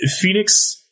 Phoenix